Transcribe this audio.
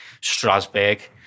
Strasbourg